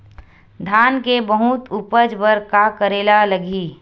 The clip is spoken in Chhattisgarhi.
धान के बहुत उपज बर का करेला लगही?